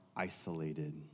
isolated